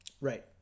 Right